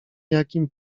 jakim